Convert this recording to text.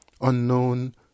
unknown